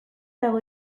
dago